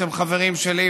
אתם חברים שלי,